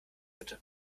bitte